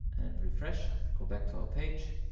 and refresh, go back to our page,